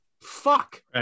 Fuck